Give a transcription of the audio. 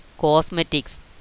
cosmetics